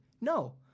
No